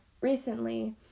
recently